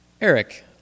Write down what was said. Eric